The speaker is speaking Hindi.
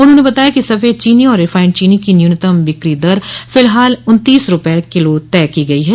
उन्होंने बताया कि सफेद चोनी और रिफाइंड चीनी की न्यूनतम बिक्री दर फिलहाल उन्तीस रूपये किलो तय की गई है